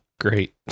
great